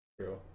true